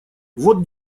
вот